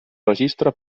registre